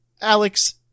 Alex